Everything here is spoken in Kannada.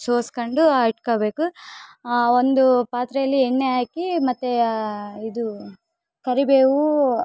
ಸೋಸ್ಕೊಂಡು ಇಟ್ಕೋಬೇಕು ಒಂದು ಪಾತ್ರೇಲಿ ಎಣ್ಣೆ ಹಾಕಿ ಮತ್ತು ಇದು ಕರಿಬೇವೂ